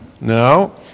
no